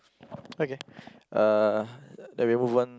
okay uh then we move on